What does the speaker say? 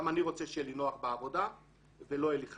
גם אני רוצה שיהיה לי נוח בעבודה ולא יהיה לי חם.